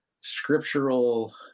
scriptural